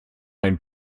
einen